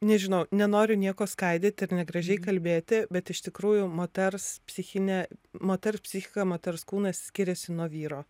nežinau nenoriu nieko skaidyt ir negražiai kalbėti bet iš tikrųjų moters psichinė moters psichika moters kūnas skiriasi nuo vyro